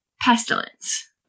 pestilence